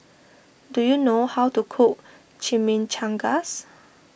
do you know how to cook Chimichangas